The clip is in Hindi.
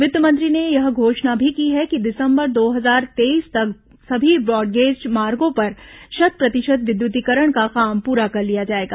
वित्त मंत्री ने यह घोषणा भी की है कि दिसंबर दो हजार तेईस तक सभी ब्रॉडगेज मार्गो पर शत प्रतिशत विद्युतीकरण का काम पूरा कर लिया जाएगा